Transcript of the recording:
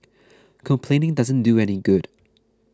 complaining doesn't do any good